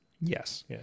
Yes